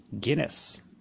Guinness